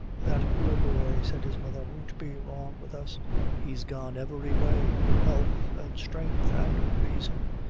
that poor boy, said his mother, won't be long with us he's gone every way health and strength, and reason.